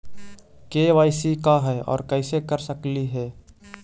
KYC का है, और कैसे कर सकली हे?